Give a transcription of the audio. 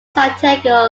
santiago